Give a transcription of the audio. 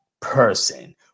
person